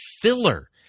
filler